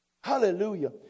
Hallelujah